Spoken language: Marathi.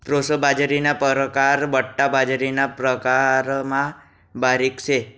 प्रोसो बाजरीना परकार बठ्ठा बाजरीना प्रकारमा बारीक शे